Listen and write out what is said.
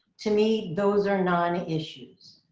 to me those are non-issues.